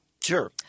Sure